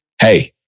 hey